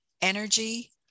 energy